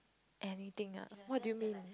anything ah what do you mean